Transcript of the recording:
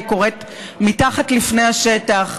היא קורית מתחת לפני השטח.